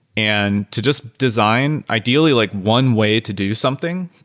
and to just design, ideally, like one way to do something.